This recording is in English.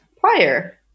prior